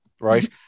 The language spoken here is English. Right